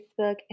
Facebook